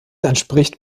entspricht